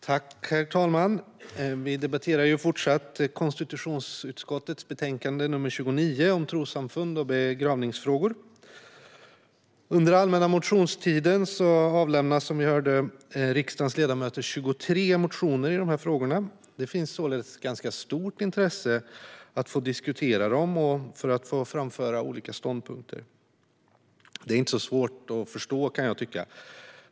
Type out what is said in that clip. Herr talman! Vi debatterar fortsatt konstitutionsutskottets betänkande 29 om trossamfund och begravningsfrågor. Under allmänna motionstiden avlämnade, som vi hörde, riksdagens ledamöter 23 motioner i dessa frågor. Det finns således ett ganska stort intresse att få diskutera frågorna och framföra olika ståndpunkter. Det är inte så svårt att förstå, kan jag tycka.